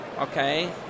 okay